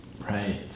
Right